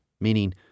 meaning